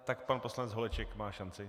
Tak pan poslanec Holeček má šanci.